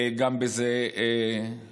גם בזה אלוף.